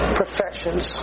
professions